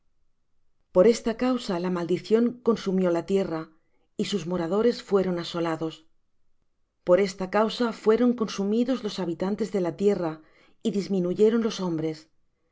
por esta causa la maldición consumió la tierra y sus moradores fueron asolados por esta causa fueron consumidos los habitantes de la tierra y se disminuyeron los hombres